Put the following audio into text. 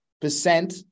percent